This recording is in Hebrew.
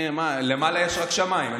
למעלה יש רק שמיים.